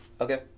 Okay